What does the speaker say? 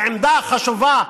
העמדה החשובה,